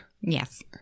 Yes